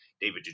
David